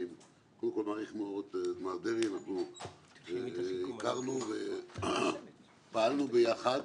אני מעריך את מר דרעי והכרנו ופעלנו ביחד.